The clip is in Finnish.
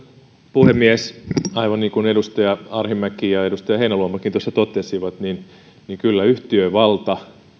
puhemies aivan niin kuin edustaja arhinmäki ja edustaja heinäluomakin tuossa totesivat kyllä yhtiövalta